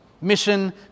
Mission